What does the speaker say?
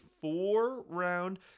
four-round